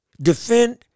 defend